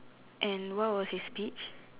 and what was his speech